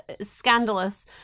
scandalous